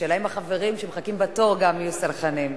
השאלה אם החברים שמחכים בתור גם יהיו סלחנים.